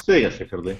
sveikas richardai